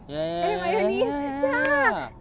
ya ya ya ya ya ya ya ya ya ya ya